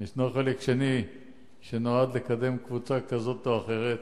ישנו חלק שני שנועד לקדם קבוצה כזאת או אחרת,